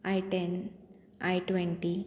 I ten I twenty